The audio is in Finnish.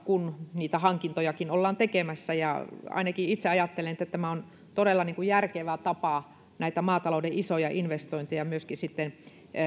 kun niitä hankintojakin ollaan tekemässä ainakin itse ajattelen että tämä on todella järkevä tapa maatalouden isoja investointeja myöskin